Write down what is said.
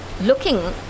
Looking